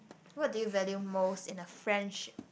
what do you value most in a friendship